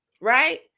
right